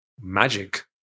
Magic